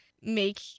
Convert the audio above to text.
make